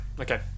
okay